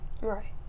Right